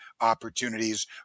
opportunities